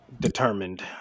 Determined